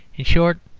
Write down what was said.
in short,